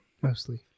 mostly